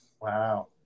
Wow